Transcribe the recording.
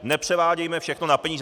Nepřevádějme všechno na peníze.